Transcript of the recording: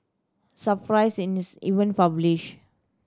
surprised in even published